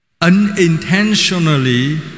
unintentionally